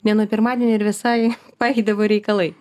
ne nuo pirmadienio ir visai paeidavo reikalai